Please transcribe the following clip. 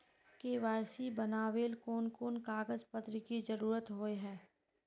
KYC बनावेल कोन कोन कागज पत्र की जरूरत होय है?